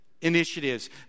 initiatives